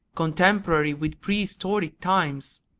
contemporary with prehistoric times!